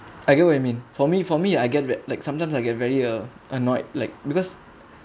I get what you mean for me for me I get re~ like sometimes I get very uh annoyed like because